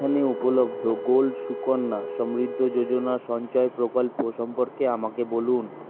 এখানে উপলব্ধ গোল্ড সুকন্যা সমৃদ্ধ যোজনা সঞ্চয় প্রকল্প সম্পর্কে আমাকে বলুন